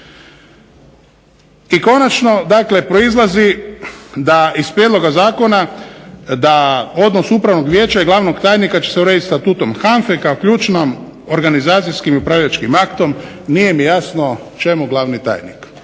I konačno dakle proizlazi da iz prijedloga zakona da odnos upravnog vijeća i glavnog tajnika će se urediti statutom HANFA-e kao ključno organizacijskim upravljačkim aktom. Nije mi jasno čemu glavni tajnik,